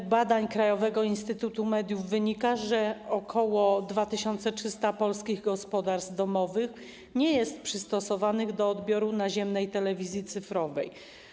Z badań Krajowego Instytutu Mediów wynika, że ok. 2,3 mln polskich gospodarstw domowych nie jest przystosowanych do odbioru naziemnej telewizji cyfrowej.